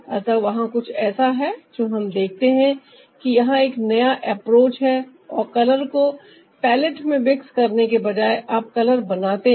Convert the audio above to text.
अतः वहां कुछ ऐसा है जो हम देखते हैं कि यहां एक नया एप्रोच है और कलर को प्लेट में मिक्स करने के बजाय आप कलर बनाते हैं